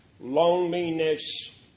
loneliness